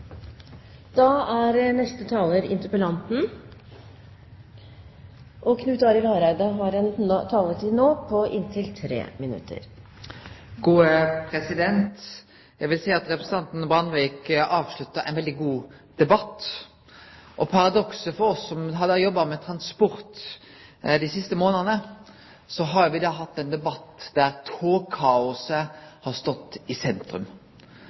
Eg vil seie at representanten Brandvik avslutta ein veldig god debatt, og paradokset for oss som har jobba med transport dei siste månadene, er at me har hatt ein debatt der togkaoset har stått i sentrum.